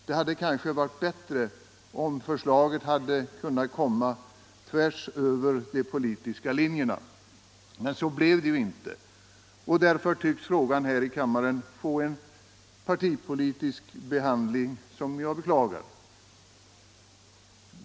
Det hade kanske varit bättre om förslaget framställts tvärs över de politiska linjerna. Men så blev det ju inte. Och därför tycks frågan här i kammaren få en partipolitisk behandling, som jag beklagar.